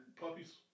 puppies